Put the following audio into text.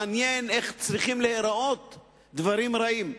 מעניין איך צריכים להיראות דברים רעים.